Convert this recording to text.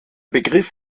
begriff